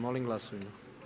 Molim glasujmo.